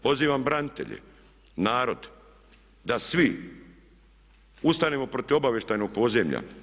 Pozivam branitelje, narod da svi ustanemo protiv obavještajnog podzemlja.